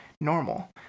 normal